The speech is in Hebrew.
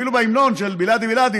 אפילו בהמנון של בילאדי בילאדי,